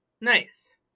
Nice